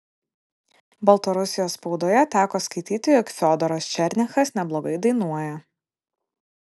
baltarusijos spaudoje teko skaityti jog fiodoras černychas neblogai dainuoja